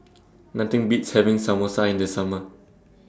Nothing Beats having Samosa in The Summer